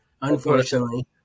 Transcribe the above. unfortunately